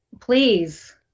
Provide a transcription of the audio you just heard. Please